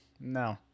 no